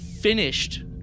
finished